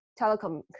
telecom